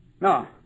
No